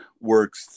works